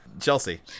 Chelsea